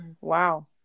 Wow